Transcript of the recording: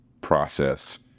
process